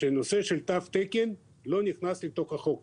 והנושא של תו תקן לא נכנס לתוך החוק.